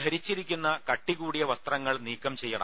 ധരിച്ചിരിക്കുന്ന കട്ടികൂടിയ വസ്ത്രങ്ങൾ നീക്കം ചെയ്യണം